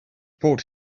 brought